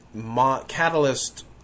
catalyst